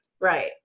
Right